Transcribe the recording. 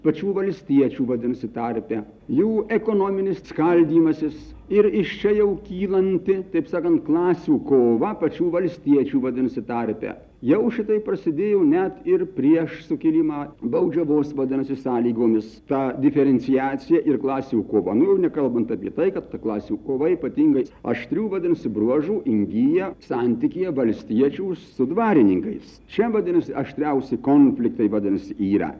pačių valstiečių vadinasi tarpe jų ekonominis skaldymasis ir iš čia jau kylanti taip sakant klasių kova pačių valstiečių vadinasi tarpe jau šitai prasidėjo net ir prieš sukilimą baudžiavos vadinasi sąlygomis ta diferenciacija ir klasių kova nu jau nekalbant apie tai kad klasių kova ypatingai aštrių vadinasi bruožų ingyja santykyje valstiečių su dvarininkais čia vadinasi aštriausi konfliktai vadinasi yra